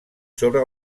sobre